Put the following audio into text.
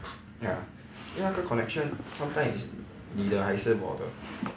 ya 因为那个 connection sometimes is 你的还是我的